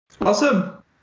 Awesome